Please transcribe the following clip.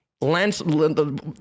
Lance